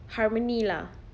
harmony lah